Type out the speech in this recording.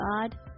God